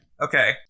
Okay